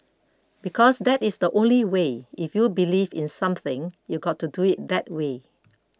because that is the only way if you believe in something you've got to do it that way